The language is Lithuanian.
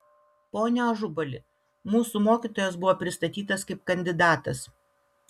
pone ažubali mūsų mokytojas buvo pristatytas kaip kandidatas